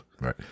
Right